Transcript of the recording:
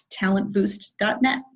talentboost.net